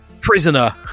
prisoner